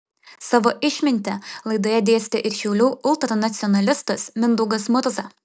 savo išmintį laidoje dėstė ir šiaulių ultranacionalistas mindaugas murza